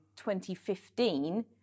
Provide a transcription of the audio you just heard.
2015